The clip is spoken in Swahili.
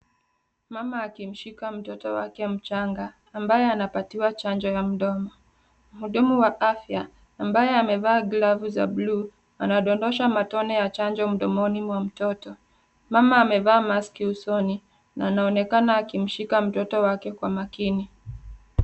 Mama akimshika mtoto wake mchanga ambaye anapatiwa chanjo ya mdomo. Mhudumu wa afya ambaye amevaa glavu za bluu anadondosha matone ya maji mdomoni mwa mtoto. Mama amevaa maski usoni na anaonekana akimshika mtoto wake kwa makini.